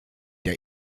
der